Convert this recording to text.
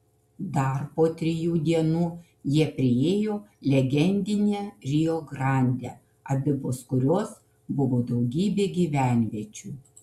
dar po trijų dienų jie priėjo legendinę rio grandę abipus kurios buvo daugybė gyvenviečių